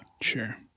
Sure